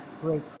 Great